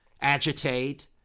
agitate